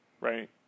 right